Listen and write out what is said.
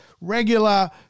regular